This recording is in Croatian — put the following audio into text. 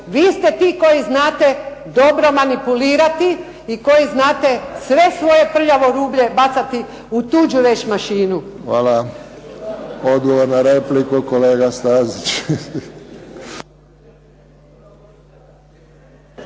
Vi ste ti koji znate dobro manipulirati i koji znate sve svoje prljavo rublje bacati u tuđu veš mašinu. **Friščić, Josip (HSS)** Hvala. Odgovor na repliku kolega Stazić.